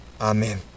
Amen